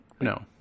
No